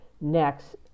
next